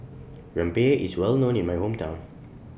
Rempeyek IS Well known in My Hometown